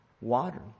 Water